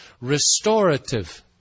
restorative